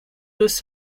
los